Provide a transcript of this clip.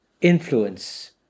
influence